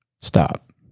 Stop